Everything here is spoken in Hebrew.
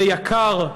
זה יקר.